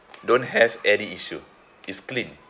don't have any issue it's clean